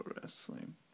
Wrestling